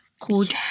called